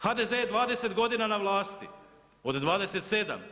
HDZ je 20 g. na vlasti, od 27.